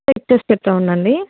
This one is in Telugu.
చెక్ చేసి చెప్తా ఉండండి